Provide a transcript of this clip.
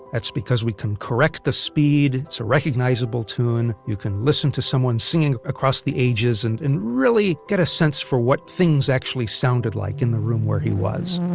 that's because we can correct the speed, it's a recognizable tune you can listen to someone singing across the ages, and really get a sense for what things actually sounded like in the room where he was